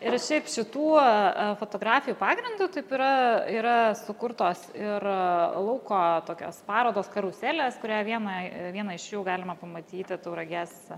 ir šiaip šituo fotografijų pagrindu taip yra yra sukurtos ir lauko tokios parodos karuselės kurią vieną vieną iš jų galima pamatyti tauragės